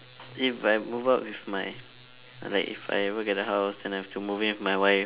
if I move out with my like if I ever get a house then I have to move in with my wife